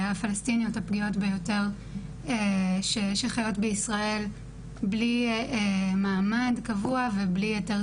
הפלשתינאיות הפגיעות ביותר שחיות בישראל בלי מעמד קבוע ובלי היתר